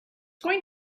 going